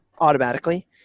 automatically